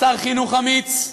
שר חינוך אמיץ,